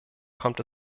kommt